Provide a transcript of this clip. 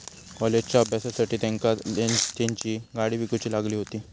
कॉलेजच्या अभ्यासासाठी तेंका तेंची गाडी विकूची लागली हुती